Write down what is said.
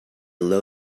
low